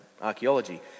archaeology